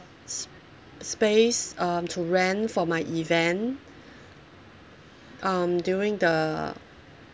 s~ space um to rent for my event um during the